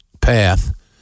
path